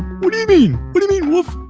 what do you mean? what do mean, wolff?